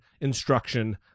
instruction